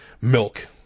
milk